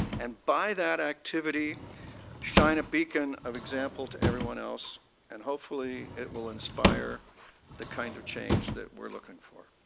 and by that activity shine a beacon of example to were else and hopefully it will inspire the kind of change that we're looking for.